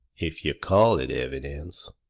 if you call it evidence.